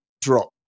drop